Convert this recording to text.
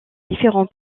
différents